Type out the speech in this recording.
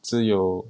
只有